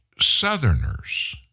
Southerners